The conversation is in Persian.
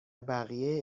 بقیه